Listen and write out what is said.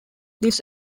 this